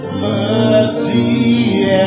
mercy